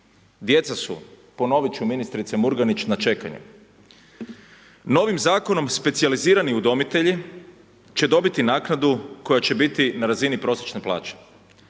Djeca su, ponovit ću ministrice Murganić, na čekanju. Novim zakonom specijalizirani udomitelji će dobiti naknadu koja će biti na razini prosječne plaće,